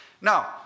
Now